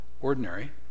ordinary